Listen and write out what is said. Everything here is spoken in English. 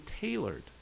tailored